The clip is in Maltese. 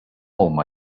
huma